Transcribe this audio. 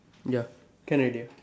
ya can already ah